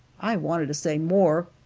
i wanted to say more,